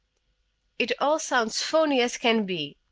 it all sounds phony as can be.